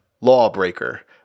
lawbreaker